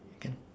can